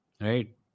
Right